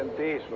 the